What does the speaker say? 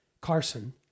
carson